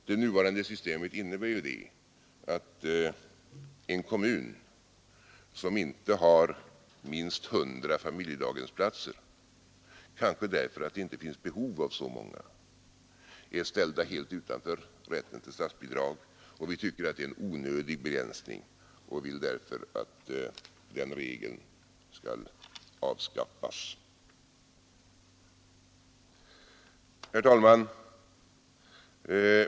Det nuvarande systemet innebär ju att en kommun som inte har minst 100 familjedaghemsplatser, kanske därför att det inte finns behov av så många, är ställd helt utanför rätten till statsbidrag. Vi tycker att det är en onödig begränsning och vill därför att den regeln skall avskaffas. Herr talman!